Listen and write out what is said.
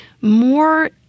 more